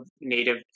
native